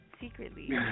secretly